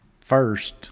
first